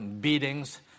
beatings